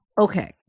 Okay